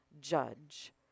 judge